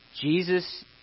Jesus